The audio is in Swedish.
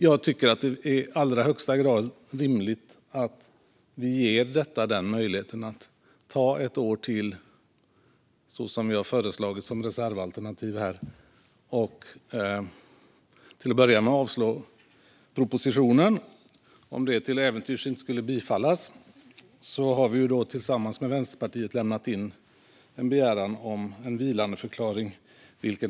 Jag tycker att det är i allra högsta grad rimligt att öppna för möjligheten att detta får ta ett år till, precis som vi har föreslagit som reservalternativ, genom att till att börja med avslå propositionen. Om det till äventyrs inte skulle bifallas har vi tillsammans med Vänsterpartiet lämnat in en begäran om en vilandeförklaring.